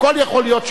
הכול יכול להיות,